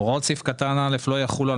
הוראות סעיף קטן (א) לא יחולו על